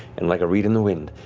and like a reed in the wind,